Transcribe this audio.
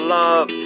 love